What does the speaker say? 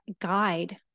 guide